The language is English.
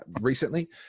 recently